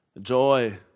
joy